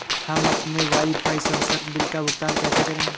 हम अपने वाईफाई संसर्ग बिल का भुगतान कैसे करें?